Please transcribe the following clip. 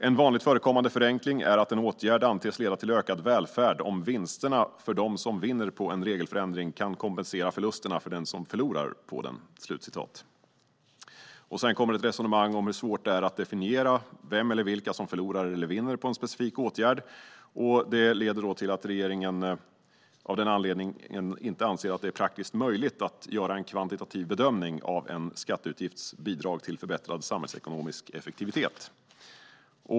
En vanligt förekommande förenkling är att en åtgärd antas leda till ökad välfärd om vinsterna för dem som vinner på en regelförändring kan kompensera förlusterna för dem som förlorar på den." Sedan kommer ett resonemang om hur svårt det är att definiera vem eller vilka som förlorar eller vinner på en specifik åtgärd. Av denna anledning anser regeringen att det inte är praktiskt möjligt att göra en kvantitativ bedömning av en skatteutgifts bidrag till förbättrad samhällsekonomisk effektivitet.